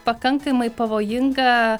pakankamai pavojinga